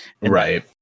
Right